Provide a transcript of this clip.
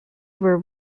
were